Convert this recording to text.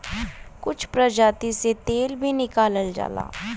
कुछ प्रजाति से तेल भी निकालल जाला